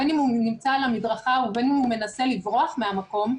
בין אם הוא נמצא על המדרכה ובין אם הוא מנסה לברוח מהמקום,